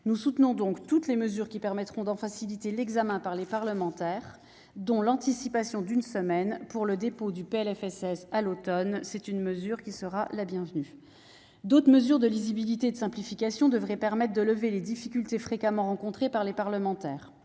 Nous soutenons donc toutes les mesures qui permettront de faciliter leur examen par les parlementaires, notamment l'anticipation d'une semaine du dépôt du PLFSS à l'automne, qui sera la bienvenue. D'autres mesures de lisibilité et de simplification devraient permettre de lever des difficultés fréquemment rencontrées par les parlementaires.